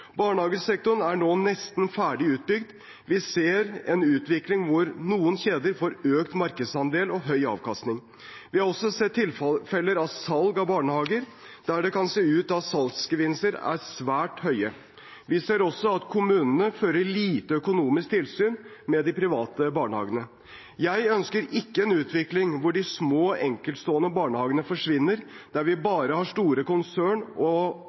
Barnehagesektoren er nå nesten ferdig utbygd. Vi ser en utvikling hvor noen kjeder får økt markedsandel og høy avkastning. Vi har også sett tilfeller av salg av barnehager, der det kan se ut som at salgsgevinstene er svært høye. Vi ser også at kommunene fører lite økonomisk tilsyn med de private barnehagene. Jeg ønsker ikke en utvikling hvor de små enkeltstående barnehagene forsvinner, der vi bare har store konsern, og